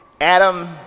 Adam